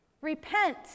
Repent